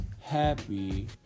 happy